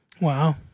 Wow